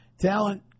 talent